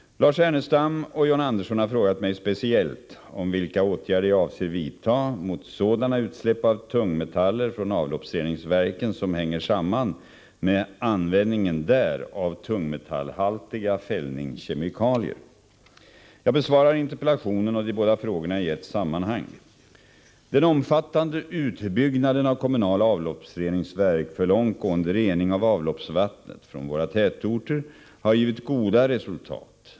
Lars Ernestam och John Andersson har frågat mig speciellt om vilka åtgärder jag avser vidta mot sådana utsläpp av tungmetaller från avloppsreningsverken som hänger samman med användningen där av tungmetallhaltiga fällningskemikalier. Jag besvarar interpellationen och de båda frågorna i ett sammanhang. Den omfattande utbyggnaden av kommunala avloppsreningsverk för långt gående rening av avloppsvattnet från våra tätorter har givit goda resultat.